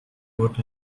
would